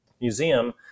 museum